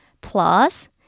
plus